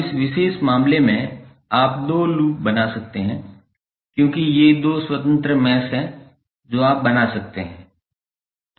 अब इस विशेष मामले में आप दो लूप बना सकते हैं क्योंकि ये दो स्वतंत्र मैश हैं जो आप बना सकते हैं